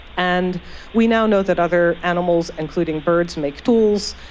and we now know that other animals, including birds, make tools,